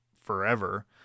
forever